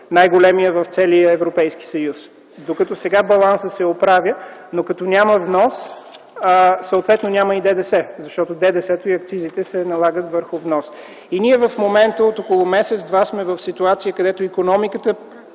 най-големият в целия Европейски съюз, докато сега балансът се оправя, но като няма внос, съответно няма и ДДС, защото ДДС-то и акцизите се налагат върху внос. И ние в момента – от около месец-два, сме в ситуация, където икономиката